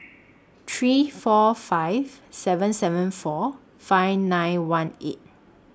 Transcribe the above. three four five seven seven four five nine one eight